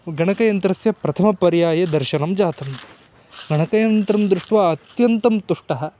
गणकयन्त्रस्य प्रथमपर्याये दर्शनं जातं गणकयन्त्रं दृष्ट्वा अत्यन्तं तुष्टः